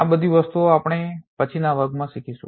આ બધી વસ્તુઓ આપણે પછીનાં વર્ગોમાં શીખીશું